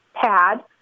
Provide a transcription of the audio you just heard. pad